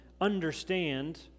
understand